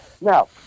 Now